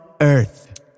earth